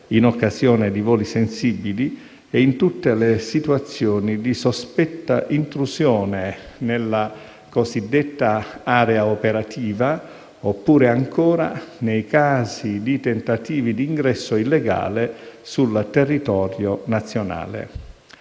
in occasione di voli sensibili e in tutte le situazioni di sospetta intrusione nella cosiddetta area operativa oppure ancora nei casi di tentativi di ingresso illegale sul territorio nazionale.